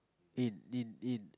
in in in